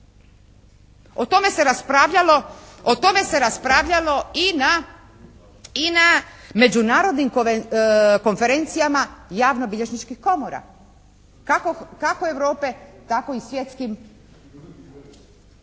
O tome se raspravljalo i na međunarodnim konferencijama javno bilježničkih komorama kako Europe tako i svjetskih